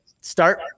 Start